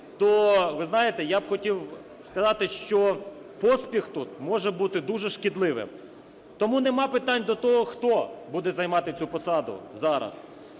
то, ви знаєте, я хотів би, сказати, що поспіх тут може бути дуже шкідливим. Тому нема питань до того, хто буде займати цю посаду зараз,